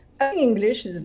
english